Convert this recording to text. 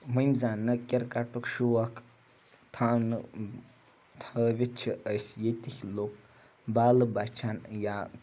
وۄنۍ زَنہٕ کِرکَٹُک شوق تھاونہٕ تھٲوِتھ چھِ أسۍ ییٚتِکۍ لُکھ بالہٕ بَچھَن یا